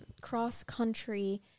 cross-country